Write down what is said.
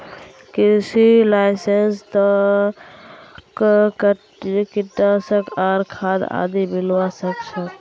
कृषि लाइसेंस स तोक कीटनाशक आर खाद आदि मिलवा सख छोक